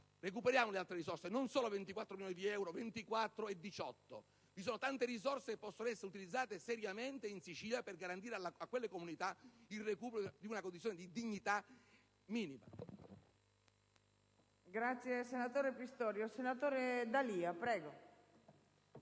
recuperino le altre risorse, non solo 24 e 18 milioni di euro: vi sono tante risorse che possono essere utilizzate seriamente in Sicilia, per garantire a quelle comunità il recupero di una condizione di dignità minima.